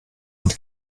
und